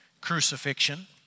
crucifixion